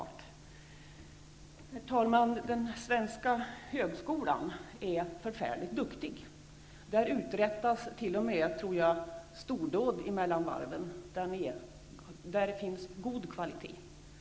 Herr talman! Den svenska högskolan är förfärligt duktig. Där uträttas mellan varven t.o.m. stordåd, tror jag. Där finns god kvalitet.